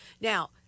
Now